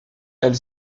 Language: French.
elle